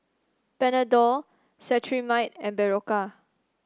Panadol Cetrimide and Berocca